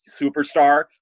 superstar